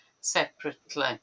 separately